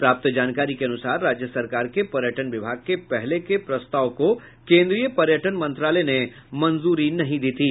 प्राप्त जानकारी के अनुसार राज्य सरकार के पर्यटन विभाग के पहले के प्रस्ताव को केन्द्रीय पर्यटन मंत्रालय ने मंजूरी नहीं दी थी